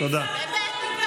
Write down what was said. את מי בדיוק?